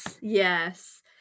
Yes